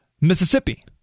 Mississippi